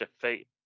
defeat